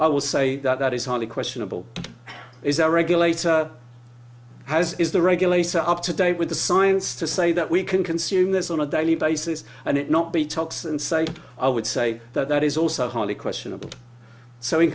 i would say that that is highly questionable is the regulator has is the regulator up to date with the science to say that we can consume this on a daily basis and it not be talks and say i would say that that is also highly questionable s